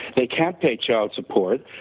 they can't pay child support,